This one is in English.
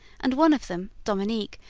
and one of them, dominique,